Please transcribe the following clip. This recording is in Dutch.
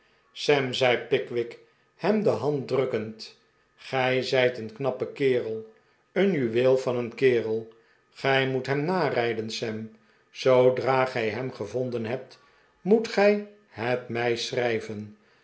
sam zei pickwick hem de hand drukkend gij zijt een knappe kerel een juweel van een kerel gij moet hem narijden sam zoodra gij hem gevonden hebt moet gij het mij schrijven